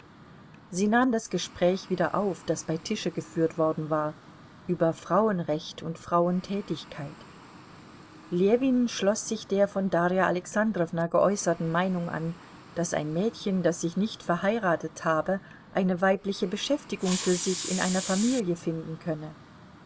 sie nahmen das gespräch wieder auf das bei tische geführt worden war über frauenrecht und frauentätigkeit ljewin schloß sich der von darja alexandrowna geäußerten meinung an daß ein mädchen das sich nicht verheiratet habe eine weibliche beschäftigung für sich in einer familie finden könne